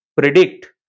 predict